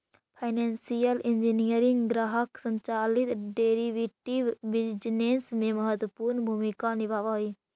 financial engineering ग्राहक संचालित derivative business में महत्वपूर्ण भूमिका निभावऽ हई